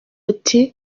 ati